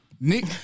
Nick